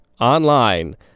online